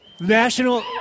National